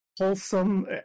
wholesome